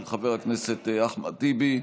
של חבר הכנסת אחמד טיבי,